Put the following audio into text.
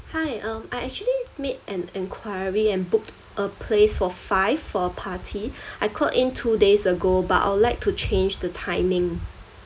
hi um I actually made an enquiry and booked a place for five for a party I called in two days ago but I would like to change the timing